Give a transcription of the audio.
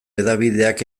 hedabideak